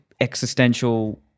existential